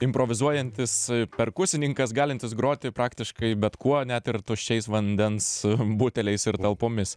improvizuojantis perkusininkas galintis groti praktiškai bet kuo net ir tuščiais vandens buteliais ir talpomis